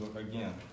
again